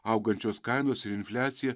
augančios kainos ir infliacija